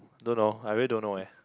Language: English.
don't know I really don't know eh